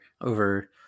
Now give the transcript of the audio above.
over